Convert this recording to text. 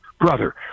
brother